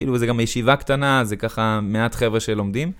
כאילו זה גם הישיבה קטנה, זה ככה, מעט חברה שלומדים,